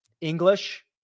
English